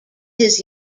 his